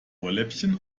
ohrläppchen